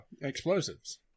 explosives